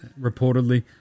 reportedly